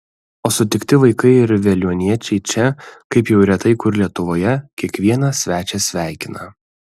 o sutikti vaikai ir veliuoniečiai čia kaip jau retai kur lietuvoje kiekvieną svečią sveikina